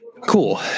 Cool